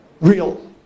Real